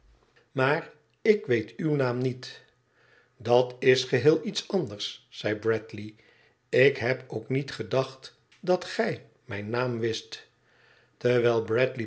maar ik weet uw naam niet dat is geheel iets anders zei bradley ik heb ook niet gedacht dat gij mijn naam wist terwijl